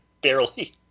barely